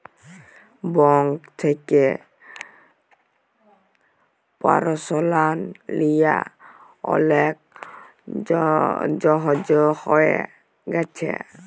bank থ্যাকে personal লিয়া অলেক ছহজ হঁয়ে গ্যাছে